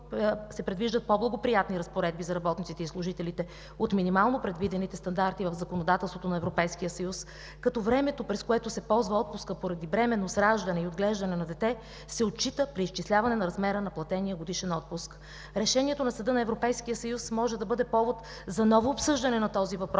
по-благоприятни разпоредби за работниците и служителите от минимално предвидените стандарти в законодателството на Европейския съюз, като времето, през което се ползва отпуска поради бременност, раждане и отглеждане на дете, се отчита при изчисляване на размера на платения годишен отпуск. Решението на Съда на Европейския съюз може да бъде повод за ново обсъждане на този въпрос